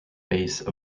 base